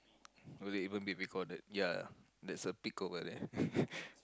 will it even be recorded ya there's a big over there